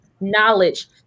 knowledge